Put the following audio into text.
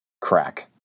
crack